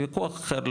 וויכוח אחר,